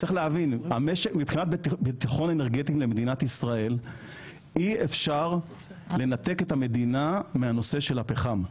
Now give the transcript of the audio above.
מבחינת ביטחון אנרגטי למדינת ישראל ,אי אפשר לנתק את המדינה מנושא הפחם.